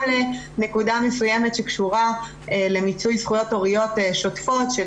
לנקודה מסוימת שקשורה למיצוי זכויות הוריות שוטפות של